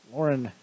Lauren